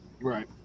Right